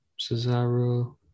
Cesaro